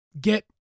get